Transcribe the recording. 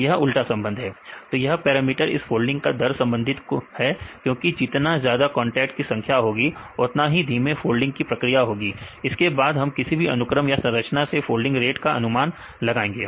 यह उल्टा संबंध है तो यह पैरामीटर इस फोल्डिंग दर उल्टा संबंधित हैं क्योंकि जितना ज्यादा कांटेक्ट की संख्या होगी उतना ही धीमे फोल्डिंग की प्रक्रिया होगी इसके बाद हम किसी भी अनुक्रम या संरचना से फोल्डिंग रेट का अनुमान लगाएंगे